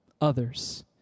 Others